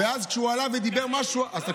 ואז, כשהוא עלה ודיבר משהו, אז תקשיב,